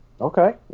okay